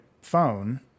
phone